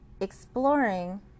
exploring